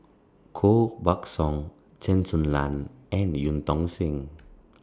Koh Buck Song Chen Su Lan and EU Tong Sen